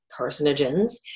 carcinogens